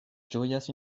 ĝojas